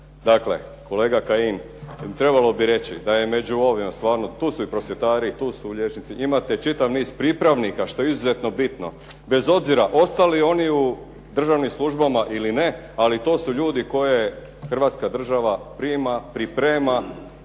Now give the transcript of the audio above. Dakle, kolega Kajin, trebalo bi reći da je među ovima stvarno, tu su i prosvjetari, tu su liječnici, imate čitav niz pripravnika što je izuzetno bitno, bez obzira ostali oni u državnim službama ili ne, ali to su ljudi koje Hrvatska država prima, priprema.